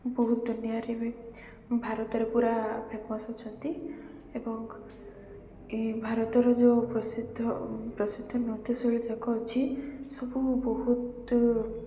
ବହୁତ ଦୁନିଆରେ ବି ଭାରତରେ ପୁରା ଫେମସ୍ ଅଛନ୍ତି ଏବଂ ଏ ଭାରତର ଯେଉଁ ପ୍ରସିଦ୍ଧ ନୃତ୍ୟଶୈଳୀ ଯାଗ ଅଛି ସବୁ ବହୁତ